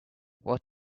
what